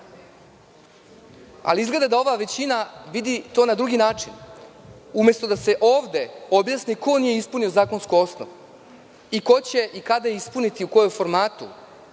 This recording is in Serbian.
biti. Izgleda da ova većina vidi to na drugi način. Umesto da se ovde objasni ko nije ispunio zakonski osnov i ko će i kada ispuniti, u kom formatu,